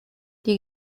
die